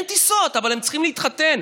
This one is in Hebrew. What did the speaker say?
אין טיסות, אבל הם צריכים להתחתן.